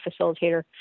facilitator